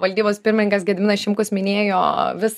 valdybos pirmininkas gediminas šimkus minėjo vis